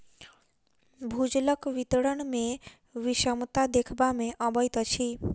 भूजलक वितरण मे विषमता देखबा मे अबैत अछि